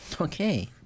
Okay